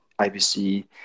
IBC